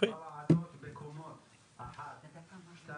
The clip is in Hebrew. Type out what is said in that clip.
היינו רוצים לראות את הקבוצות הישראליות מגיעות ליותר הישגים